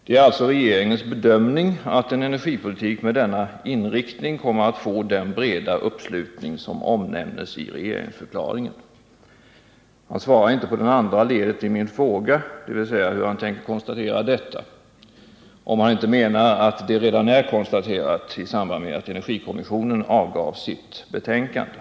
Det är alltså regeringens bedömning att ”en energipolitik med denna inriktning kommer att få den breda uppslutning som omnämnes i regeringsförklaringen”. Han svarar inte på det andra ledet i min fråga, dvs. hur den tänker konstatera detta — om han inte menar att det redan är konstaterat i samband med att energikommissionen avgav sitt betänkande.